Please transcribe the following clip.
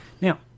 Now